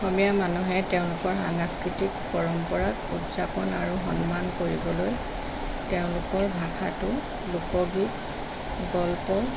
অসমীয়া মানুহে তেওঁলোকৰ সাংস্কৃতিক পৰম্পৰা উদযাপন আৰু সন্মান কৰিবলৈ তেওঁলোকৰ ভাষাটো লোকগীত গল্প